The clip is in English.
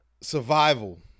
survival